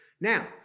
now